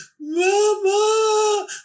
Mama